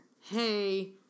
Hey